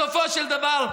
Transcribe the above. בסופו של דבר,